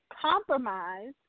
compromise